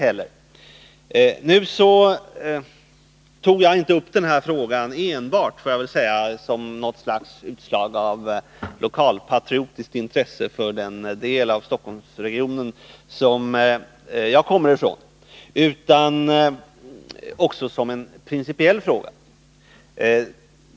Jag tog inte upp denna fråga enbart som ett utslag av lokalpatriotiskt intresse för den del av Stockholmsregionen som jag kommer ifrån, utan jag tog också upp den som en principiell fråga.